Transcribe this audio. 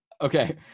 Okay